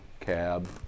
cab